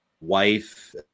wife